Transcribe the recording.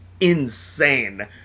insane